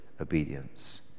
obedience